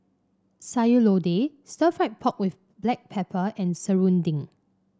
Sayur Lodeh Stir Fried Pork with Black Pepper and serunding